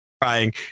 crying